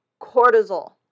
cortisol